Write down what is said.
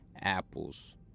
apples